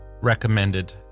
recommended